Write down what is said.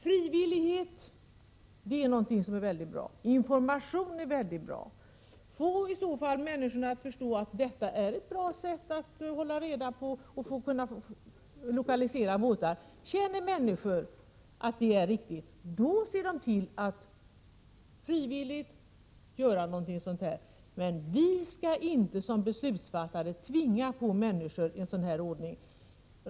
Frivillighet och information är mycket bra, Birger Rosqvist. Försök att få människor att förstå att detta är ett bra sätt att hålla reda på och lokalisera båtar! Om människor känner att det är riktigt ser de till att frivilligt göra någonting. Vi skall inte som beslutsfattare tvinga på människor en sådan här ordning.